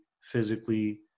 physically